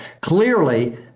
clearly